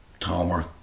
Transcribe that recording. Tomer